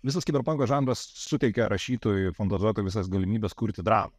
visas kiberpanko žanras suteikia rašytojui fantazuotojui visas galimybes kurti dramą